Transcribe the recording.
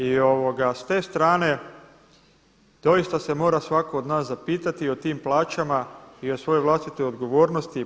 I s te strane doista se mora svatko od nas zapitati o tim plaćama i o svojoj vlastitoj odgovornosti.